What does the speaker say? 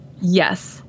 Yes